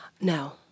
No